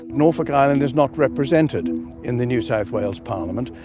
norfolk island is not represented in the new south wales parliament,